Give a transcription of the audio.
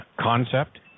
concept